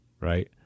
right